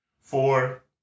four